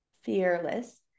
Fearless